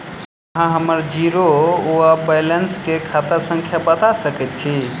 अहाँ हम्मर जीरो वा बैलेंस केँ खाता संख्या बता सकैत छी?